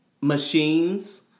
machines